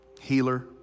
healer